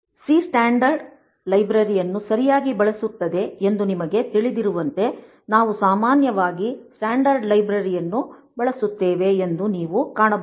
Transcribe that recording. C standard ಲೈಬ್ರರಿಯನ್ನು ಸರಿಯಾಗಿ ಬಳಸುತ್ತದೆ ಎಂದು ನಿಮಗೆ ತಿಳಿದಿರುವಂತೆ ನಾವು ಸಾಮಾನ್ಯವಾಗಿ ಸ್ಟ್ಯಾಂಡರ್ಡ್ ಲೈಬ್ರರಿ ಯನ್ನು ಬಳಸುತ್ತೇವೆ ಎಂದು ನೀವು ಕಾಣಬಹುದು